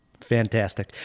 fantastic